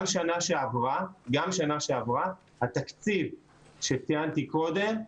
גם שנה שעברה התקציב שציינתי קודם,